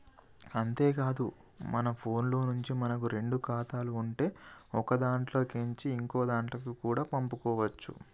అంతేకాదు మన ఫోన్లో నుంచే మనకు రెండు ఖాతాలు ఉంటే ఒకదాంట్లో కేంచి ఇంకోదాంట్లకి కూడా పంపుకోవచ్చు